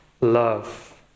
love